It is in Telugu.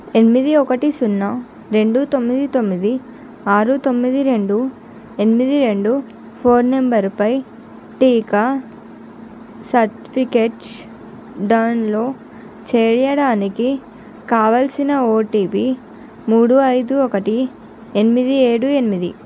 ఎనిమిది ఒకటి సున్నా రెండు తొమ్మిది తొమ్మిది ఆరు తొమ్మిది రెండు ఎనిమిది రెండు ఫోన్ నంబరుపై టీకా సర్టిఫికేట్ డౌన్లోడ్ చేయడానికి కావలసిన ఓటిపి మూడు ఐదు ఒకటి ఎనిమిది ఏడు ఎనిమిది